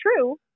true